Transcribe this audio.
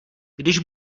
když